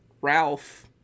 Ralph